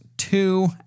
two